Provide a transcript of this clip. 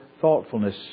thoughtfulness